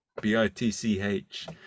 B-I-T-C-H